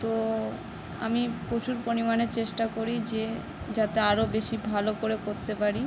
তো আমি প্রচুর পরিমাণে চেষ্টা করি যে যাতে আরো বেশি ভালো করে করতে পারি